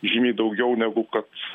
žymiai daugiau negu kad